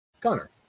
Connor